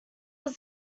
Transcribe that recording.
was